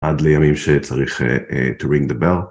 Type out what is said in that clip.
עד לימים שצריך to ring the bell.